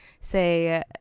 say